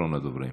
אחרון הדוברים.